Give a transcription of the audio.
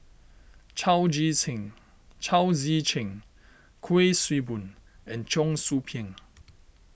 Chao Tzee Cheng Chao Tzee Cheng Kuik Swee Boon and Cheong Soo Pieng